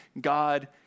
God